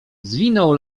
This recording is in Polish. zwinął